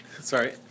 sorry